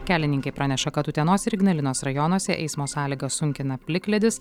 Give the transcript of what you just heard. kelininkai praneša kad utenos ir ignalinos rajonuose eismo sąlygas sunkina plikledis